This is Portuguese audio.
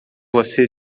você